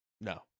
No